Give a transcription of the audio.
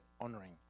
honoring